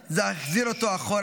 זה החזיר אותי אחורה,